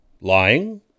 lying